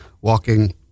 walking